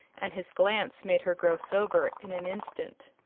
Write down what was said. and his glance made her grow sober in an instant.